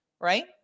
Right